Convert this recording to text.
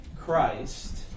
Christ